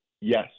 yes